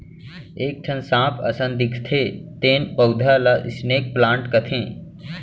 एक ठन सांप असन दिखथे तेन पउधा ल स्नेक प्लांट कथें